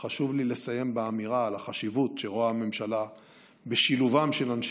חשוב לי לסיים באמירה על החשיבות שרואה הממשלה בשילובם של אנשי